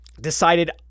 decided